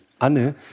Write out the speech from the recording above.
Anne